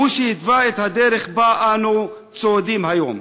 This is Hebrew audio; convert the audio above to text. הוא שהתווה את הדרך שבה אנו צועדים היום.